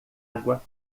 água